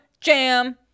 Jam